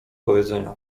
powiedzenia